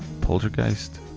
Poltergeist